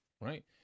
right